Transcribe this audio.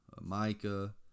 Micah